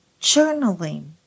journaling